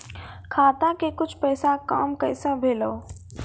खाता के कुछ पैसा काम कैसा भेलौ?